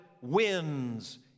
wins